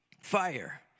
fire